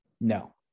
No